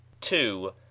two